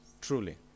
truly